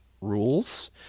rules